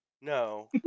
No